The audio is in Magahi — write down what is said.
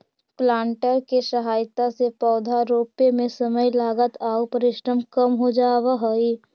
प्लांटर के सहायता से पौधा रोपे में समय, लागत आउ परिश्रम कम हो जावऽ हई